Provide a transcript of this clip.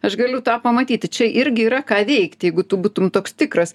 aš galiu tą pamatyti čia irgi yra ką veikt jeigu tu būtum toks tikras